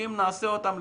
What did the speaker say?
שאם נעשה אותם,